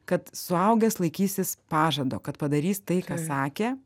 kad suaugęs laikysis pažado kad padarys tai ką sakė